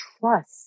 trust